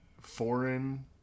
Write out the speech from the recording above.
foreign